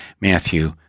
Matthew